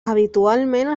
habitualment